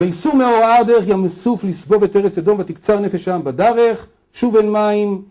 ויסעו מהר ההר דרך ים סוף ‫לסבב את ארץ אדום, ‫ותקצר נפש העם בדרך. ‫שוב בין מים.